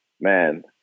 man